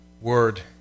Word